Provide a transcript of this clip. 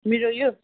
मेरो यो